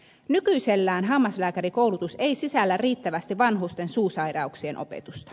nykyisellään hammaslääkärikoulutus ei sisällä riittävästi vanhusten suusairauksien opetusta